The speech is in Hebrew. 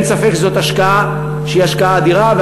אין ספק שזאת השקעה שהיא השקעה אדירה,